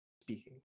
speaking